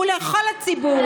ולכל הציבור,